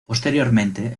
posteriormente